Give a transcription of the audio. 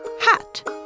hat